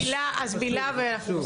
אז מילה ואנחנו ממשיכים.